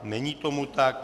Není tomu tak.